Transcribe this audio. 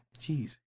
Jeez